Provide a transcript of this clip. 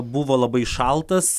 buvo labai šaltas